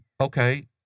Okay